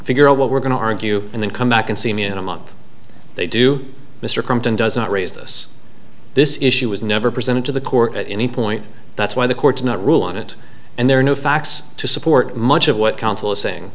figure out what we're going to argue and then come back and see me in a month they do mr clinton does not raise this this issue was never presented to the court at any point that's why the court's not rule on it and there are no facts to support much of what counsel is saying